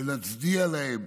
ונצדיע להם,